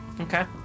Okay